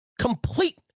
complete